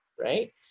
right